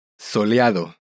Soleado